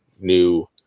new